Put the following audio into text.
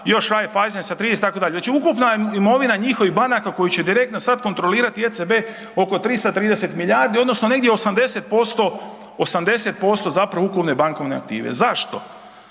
još Raiffeisen sa 30 itd. znači ukupna imovina njihovih banaka koje će sada direktno kontrolirati ECB oko 330 milijardi odnosno negdje 80% ukupne bankovne aktive. Zašto?